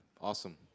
awesome